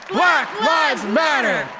black lives matter.